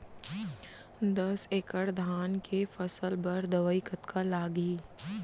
दस एकड़ धान के फसल बर दवई कतका लागही?